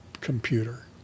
computer